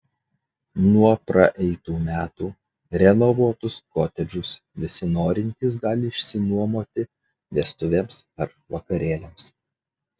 nuo praeitų metų renovuotus kotedžus visi norintys gali išsinuomoti vestuvėms ar vakarėliams